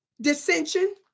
dissension